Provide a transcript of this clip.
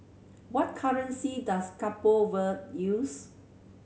what currency does Cabo Verde use